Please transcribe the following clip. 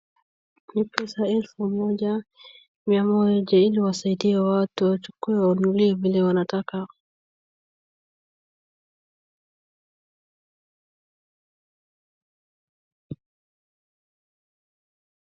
Kwa hii pesa elfu moja mia moja ili wasaidie watu wachukue watumie vile wanataka.